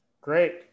Great